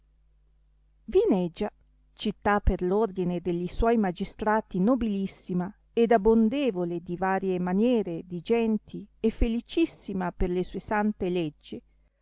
vinegia città per l'ordine dell suoi magistrati nobilissima ed abbondevole di varie maniere di genti e felicissima per le sue sante leggi